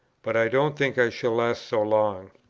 but i don't think i shall last so long.